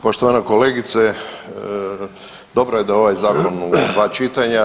Poštovana kolegice dobro je da je ovaj Zakon u dva čitanja.